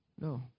no